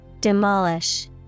Demolish